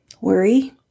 Worry